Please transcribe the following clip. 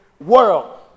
world